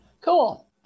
Cool